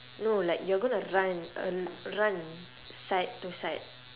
no like you're gonna run uh run side to side